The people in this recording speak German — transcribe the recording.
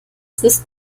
ist